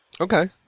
Okay